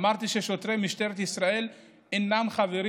אמרתי ששוטרי משטרת ישראל אינם חברים